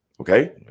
okay